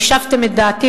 יישבתם את דעתי,